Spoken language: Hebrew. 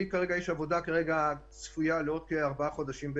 לי כרגע יש עבודה צפויה לעוד כארבעה חודשים,